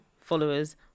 followers